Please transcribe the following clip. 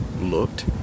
looked